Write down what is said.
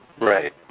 Right